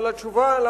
אבל התשובה האמיתית,